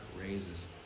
raises